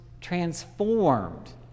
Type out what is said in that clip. transformed